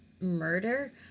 murder